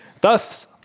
Thus